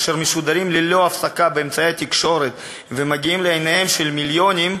אשר משודרים ללא הפסקה באמצעי התקשורת ומגיעים לעיניהם של מיליונים,